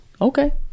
okay